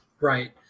Right